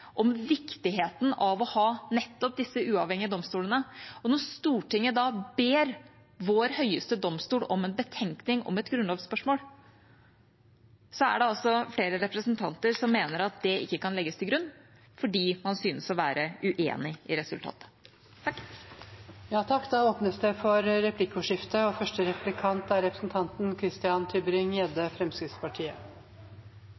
om viktigheten av å ha nettopp disse uavhengige domstolene. Når Stortinget da ber vår høyeste domstol om en betenkning om et grunnlovsspørsmål, er det altså flere representanter som mener at det ikke kan legges til grunn, fordi man synes å være uenig i resultatet.